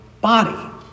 body